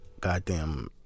goddamn